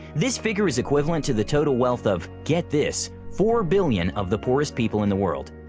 this figure is equivalent to the total wealth of get this, four billion of the poorest people in the world.